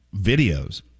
videos